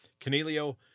Canelio